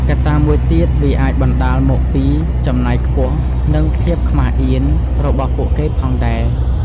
កត្តាមួយទៀត វាអាចបណ្ដាលមកពីចំណាយខ្ពស់ និងភាពខ្មាស់អៀនរបស់ពួកគេផងដែរ។